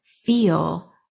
feel